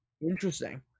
Interesting